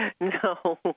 no